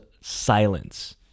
silence